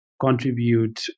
contribute